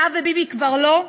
אתה וביבי כבר לא?